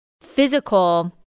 physical